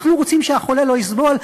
אנחנו רוצים שהחולה לא יסבול,